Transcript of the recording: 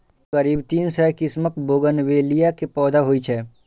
करीब तीन सय किस्मक बोगनवेलिया के पौधा होइ छै